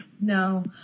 No